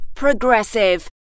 Progressive